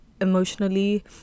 emotionally